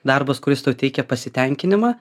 darbas kuris tau teikia pasitenkinimą